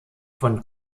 von